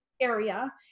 area